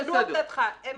תנוח דעתך.